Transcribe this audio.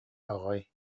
аҕай